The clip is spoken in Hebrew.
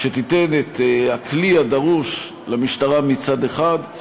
שתיתן את הכלי הדרוש למשטרה מצד אחד,